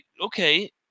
okay